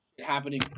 happening